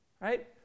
right